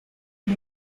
del